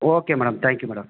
okay madam thank you madam